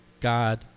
God